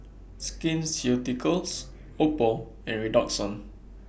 Skin Ceuticals Oppo and Redoxon